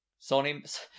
Sony